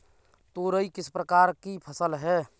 तोरई किस प्रकार की फसल है?